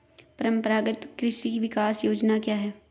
परंपरागत कृषि विकास योजना क्या है?